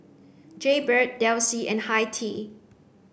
Jaybird Delsey and Hi Tea